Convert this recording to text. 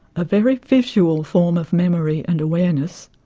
a very visual form of memory and awareness,